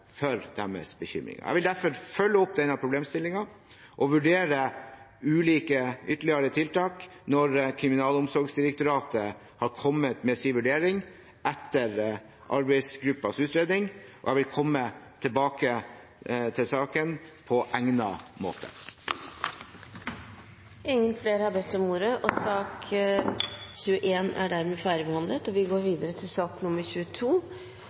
for deres bekymringer. Jeg vil derfor følge opp denne problemstillingen og vurdere ytterligere tiltak når Kriminalomsorgsdirektoratet har kommet med sin vurdering etter arbeidsgruppens utredning, og jeg vil komme tilbake til saken på egnet måte. Flere har ikke bedt om ordet til sak